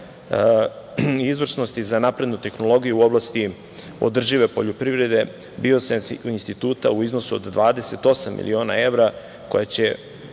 izvrsnosti za naprednu tehnologiju u oblasti održive poljoprivrede, Biosens instituta u iznosu od 28 miliona evra, koji će